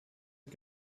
die